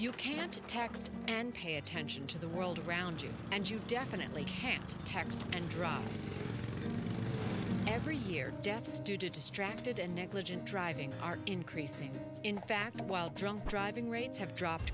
you can't text and pay attention to the world around you and you definitely can't text and drive every year deaths due to distracted and negligent driving are increasing in fact while drunk driving rates have dropped